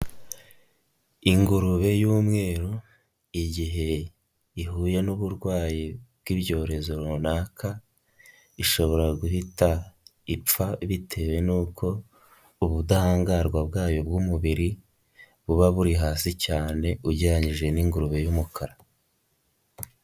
Ingurube y'umweru igihe ihuye n'uburwayi bw'ibyorezo runaka, ishobora guhita ipfa bitewe nuko ubudahangarwa bwayo bw'umubiri buba buri hasi cyane ugereranyije n'ingurube y'umukara.